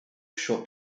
shot